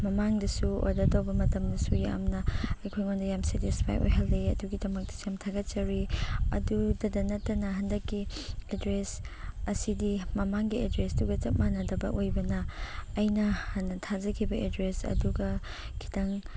ꯃꯃꯥꯡꯗꯁꯨ ꯑꯣꯔꯗꯔ ꯇꯧꯕ ꯃꯇꯝꯗꯁꯨ ꯌꯥꯝꯅ ꯑꯩꯈꯣꯏꯉꯣꯟꯗ ꯌꯥꯝ ꯁꯦꯇꯤꯁꯐꯥꯏꯠ ꯑꯣꯏꯍꯜꯂꯤ ꯑꯗꯨꯒꯤꯗꯃꯛꯇ ꯌꯥꯝ ꯊꯥꯒꯠꯆꯔꯤ ꯑꯗꯨꯇꯗ ꯅꯠꯇꯅ ꯍꯟꯗꯛꯀꯤ ꯑꯦꯗ꯭ꯔꯦꯁ ꯑꯁꯤꯗꯤ ꯃꯃꯥꯡꯒꯤ ꯑꯦꯗ꯭ꯔꯦꯁꯇꯨꯒ ꯆꯞ ꯃꯥꯟꯅꯗꯕ ꯑꯣꯏꯕꯅ ꯑꯩꯅ ꯍꯥꯟꯅ ꯊꯥꯖꯈꯤꯕ ꯑꯦꯗ꯭ꯔꯦꯁ ꯑꯗꯨꯒ ꯈꯤꯇꯪ